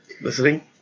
listening